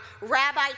rabbi